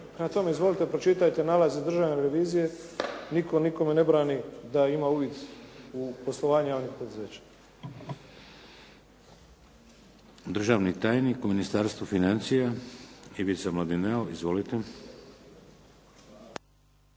tome, izvolite pročitajte nalaze Državne revizije. Nitko nikome ne brani da ima uvid u poslovanje javnih poduzeća. **Šeks, Vladimir (HDZ)** Državni tajnik u Ministarstvu financija Ivica Mladineo. Izvolite.